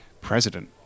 president